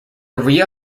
ria